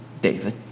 David